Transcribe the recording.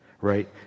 right